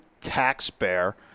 taxpayer